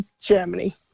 Germany